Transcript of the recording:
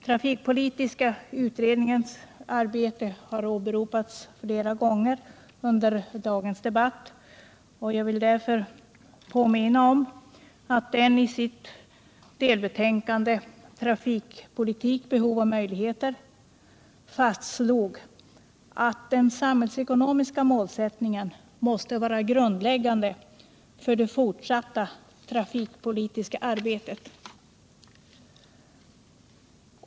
Trafikpolitiska utredningens arbete har åberopats flera gånger under dagens debatt. Jag vill därför påminna om att utredningen i sitt delbetänkande Trafikpolitik — behov och möjligheter fastslog att den samhällsekonomiska målsättningen måste vara grundläggande för det fortsatta trafikpolitiska arbetet.